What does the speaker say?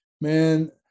man